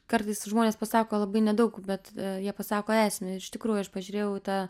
kartais žmonės pasako labai nedaug bet jie pasako esmę ir iš tikrųjų aš pažiūrėjau į tą